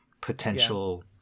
potential